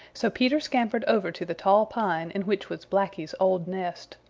so peter scampered over to the tall pine in which was blacky's old nest.